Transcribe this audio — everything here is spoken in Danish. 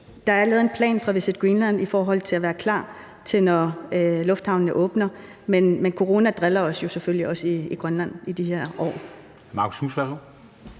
der er lavet en plan for Visit Greenland i forhold til at være klar, når lufthavnene åbner. Men corona driller jo selvfølgelig også os i Grønland i de her år.